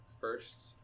first